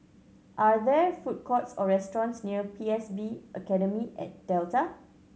are there food courts or restaurants near P S B Academy at Delta